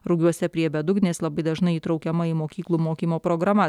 rugiuose prie bedugnės labai dažnai įtraukiama į mokyklų mokymo programas